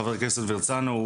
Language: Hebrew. חבר הכנסת הרצנו,